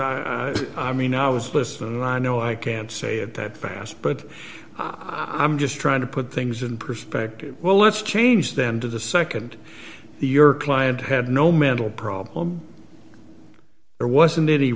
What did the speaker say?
can i mean i was listening and i know i can say it that fast but i'm just trying to put things in perspective well let's change them to the nd the your client had no mental problem there wasn't any